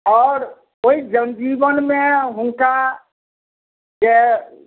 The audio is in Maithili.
आओर ओहि जनजीवनमे हुनका जे